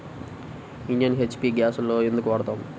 Indian, HP గ్యాస్లనే ఎందుకు వాడతాము?